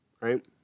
right